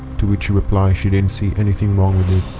to which she replied she didn't see anything wrong with it